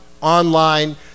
online